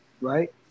Right